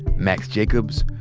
max jacobs,